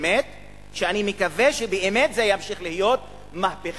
ואני מקווה באמת שזה ימשיך להיות מהפכה